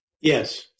Yes